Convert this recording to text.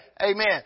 Amen